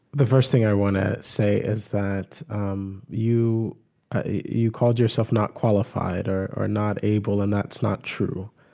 the first thing i want to say is that um you you called yourself not qualified or or not able and that's not true.